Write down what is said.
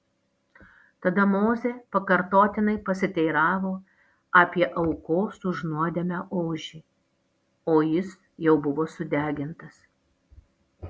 tada mozė pakartotinai pasiteiravo apie aukos už nuodėmę ožį o jis jau buvo sudegintas